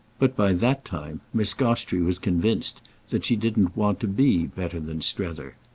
but by that time miss gostrey was convinced that she didn't want to be better than strether.